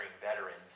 veterans